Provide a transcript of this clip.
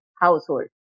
household